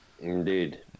indeed